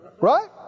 Right